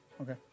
Okay